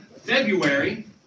February